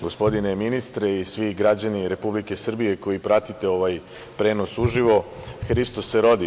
Gospodine ministre i svi građani Republike Srbije koji pratite ovaj prenos uživo – „Hristos se rodi“